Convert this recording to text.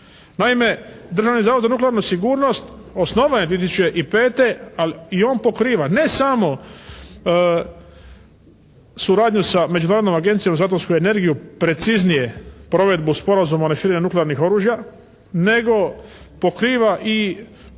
Naime Državni zavod za nuklearnu sigurnost osnovan je 2005. i on pokriva ne samo suradnju sa Međunarodnom agenciju za … energiju, preciznije provedbu Sporazuma o neširenju nuklearnih oružja nego pokriva i